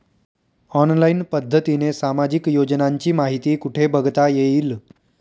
Online पद्धतीने सामाजिक योजनांची माहिती कुठे बघता येईल?